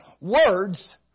words